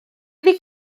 iddi